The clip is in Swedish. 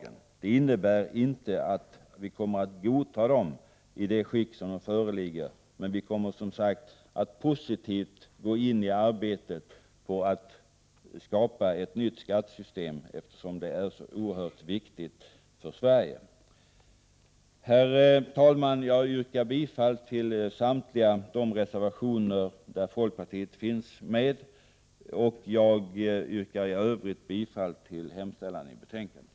Det innebär inte att vi kommer att godta dem i det skick som de föreligger, men vi skall alltså positivt gå in i arbetet på att skapa ett nytt skattesystem, eftersom det är så oerhört viktigt för Sverige. Herr talman! Jag yrkar bifall till samtliga de reservationer som folkpartiet har varit med om att avge och i övrigt till hemställan i betänkandet.